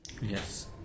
Yes